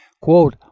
Quote